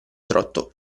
trotto